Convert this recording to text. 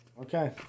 Okay